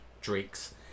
drinks